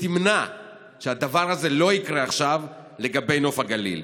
ותמנע מהדבר הזה לקרות עכשיו לגבי נוף הגליל,